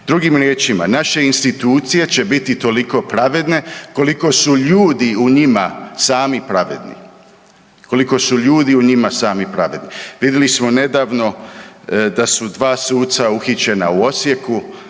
Drugim riječima, naše institucije će biti toliko pravedne koliko su ljudi u njima sami pravedni, koliko su ljudi u njima sami pravedni. Vidjeli smo nedavno da su dva suca uhićena u Osijeku.